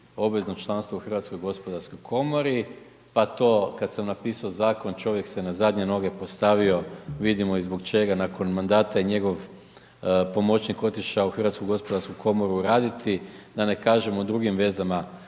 obvezno članstvo u HGK, pa to kad sam napisao zakon, čovjek se na zadnje noge postavio, vidimo i zbog čega, nakon mandata je njegov pomoćnik je otišao u HGK raditi, da ne kažem o drugim vezama